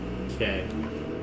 okay